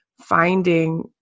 finding